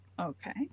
Okay